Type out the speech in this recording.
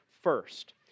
First